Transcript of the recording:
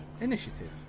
Initiative